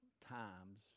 times